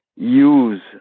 use